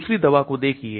दूसरी दवा को देखिए